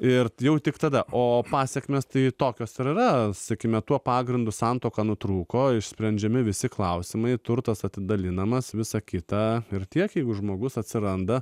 ir jau tik tada o pasekmes tai tokios yra sakykime tuo pagrindu santuoka nutrūko išsprendžiami visi klausimai turtas atidalinamas visą kitą ir tiek jeigu žmogus atsiranda